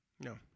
No